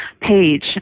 page